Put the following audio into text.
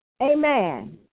Amen